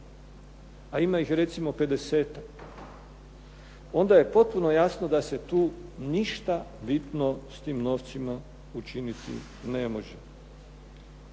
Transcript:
a ima ih recimo pedesetak, onda je potpuno jasno da se tu ništa bitno s tim novcima učiniti ne može.